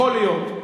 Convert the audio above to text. יכול להיות.